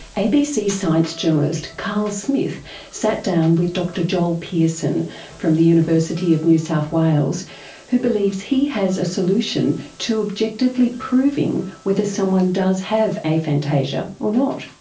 abc science journalist carl smith sat down with dr joel pearson from the university of new south wales who believes he has a solution to objectively proving whether someone does have aphantasia or not.